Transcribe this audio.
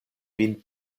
vin